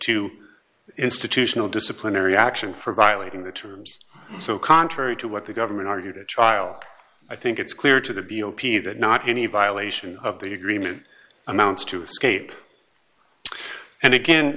to institutional disciplinary action for violating the terms so contrary to what the government argued at trial i think it's clear to the b o p that not any violation of the agreement amounts to escape and again